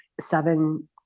seven